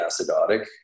acidotic